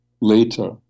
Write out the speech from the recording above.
later